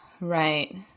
Right